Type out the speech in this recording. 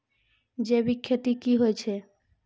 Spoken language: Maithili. जैविक खेती की होय छै?